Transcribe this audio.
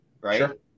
right